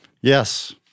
Yes